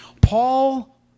Paul